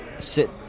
sit